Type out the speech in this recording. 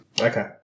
Okay